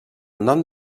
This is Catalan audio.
nom